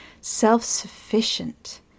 self-sufficient